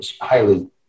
highly